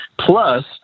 Plus